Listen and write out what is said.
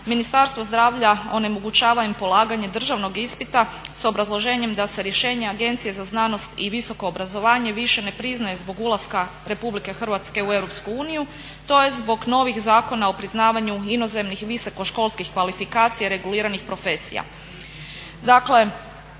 Ministarstvo zdravlja onemogućava im polaganje državnog ispita sa obrazloženjem da se rješenje Agencije za znanost i visoko obrazovanje više ne priznaje zbog ulaska RH u EU to je zbog novih Zakona o priznavanju inozemnih visokoškolskih kvalifikacija reguliranih profesija.